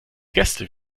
gäste